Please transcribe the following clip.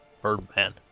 Birdman